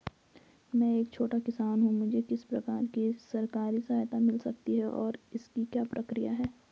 मैं एक छोटा किसान हूँ मुझे किस प्रकार की सरकारी सहायता मिल सकती है और इसकी क्या प्रक्रिया है?